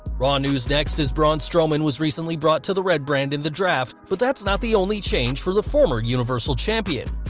raw news next, as braun strowman was recently brought to the red brand in the draft, but that's not the only change for the former universal champion.